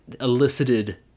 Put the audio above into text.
elicited